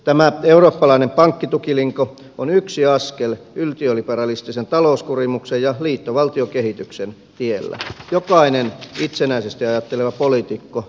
tämä eurooppalainen pankkitukilinko on yksi askel yltiöliberalistisen talouskurimuksen ja liittovaltiokehityksen tiellä jokainen itsenäisesti ajatteleva poliitikko sen tunnustaa